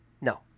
No